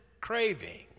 craving